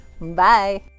Bye